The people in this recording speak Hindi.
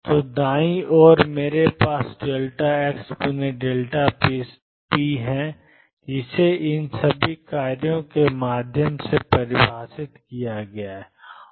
तो दायीं ओर मेरे पास xp है जिसे इन सभी कार्यों के माध्यम से परिभाषित किया गया है